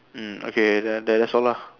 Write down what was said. mm okay that that's all lah